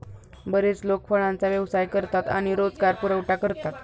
बरेच लोक फळांचा व्यवसाय करतात आणि रोजगार पुरवठा करतात